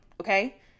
okay